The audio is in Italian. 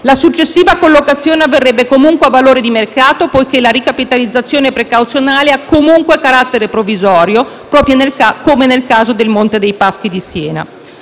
La successiva collocazione avverrebbe comunque a valori di mercato, poiché la ricapitalizzazione precauzionale ha comunque carattere provvisorio, proprio come nel caso del Monte dei Paschi di Siena.